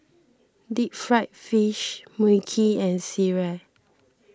Deep Fried Fish Mui Kee and Sireh